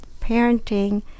parenting